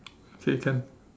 okay can